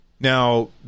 now